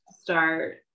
start